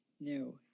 No